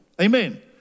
Amen